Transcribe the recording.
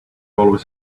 always